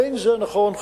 זה לא נכון,